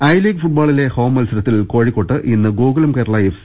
I league ഫുട്ബോളിലെ home മത്സരത്തിൽ കോഴിക്കോട്ട് ഇന്ന് ഗോകുലം കേരള എഫ്